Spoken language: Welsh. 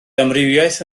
amrywiaeth